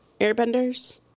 airbenders